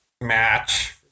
match